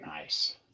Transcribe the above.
Nice